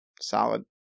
solid